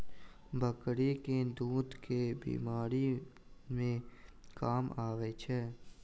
बकरी केँ दुध केँ बीमारी मे काम आबै छै?